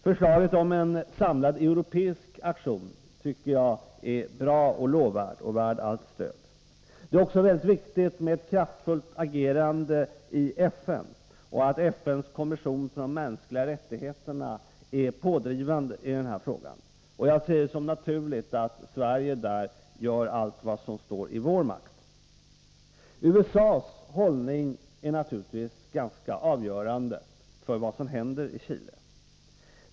Förslaget om en samlad europeisk aktion tycker jag är bra och lovvärt; det är värt allt stöd. Det är också viktigt med ett kraftfullt agerande i FN; det är viktigt att FN:s kommission för de mänskliga rättigheterna är pådrivande i den här frågan. Jag ser det som naturligt att Sverige gör allt vad som står i vår makt. USA:s hållning är naturligtvis avgörande för vad som händer i Chile.